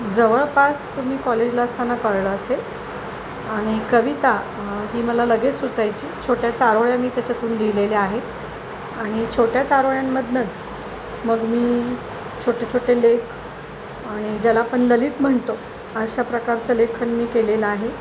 जवळपास मी कॉलेजला असताना कळलं असेल आणि कविता ही मला लगेच सुचायची छोट्या चारोळ्या मी त्याच्यातून लिहिलेल्या आहेत आणि छोट्या चारोळ्यांमधूनच मग मी छोटे छोटे लेख आणि ज्याला आपण ललित म्हणतो अशा प्रकारचं लेखन मी केलेलं आहे